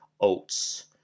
oats